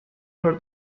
her